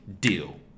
Deal